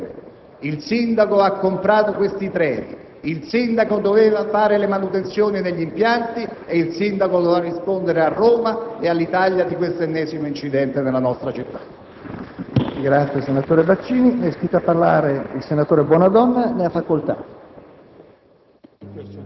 sull'universo mondo della responsabilità amministrativa. Il sindaco è il capo dell'amministrazione, il sindaco ha comprato questi treni, il sindaco doveva fare le manutenzioni degli impianti e il sindaco dovrà rispondere a Roma e all'Italia di quest'ennesimo incidente nella nostra città.